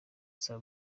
saa